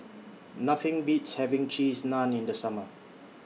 Nothing Beats having Cheese Naan in The Summer